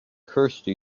kirsty